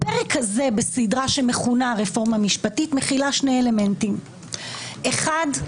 הפרק הזה בסדרה שמכונה "רפורמה משפטית" מכילה שני אלמנטים: האחד,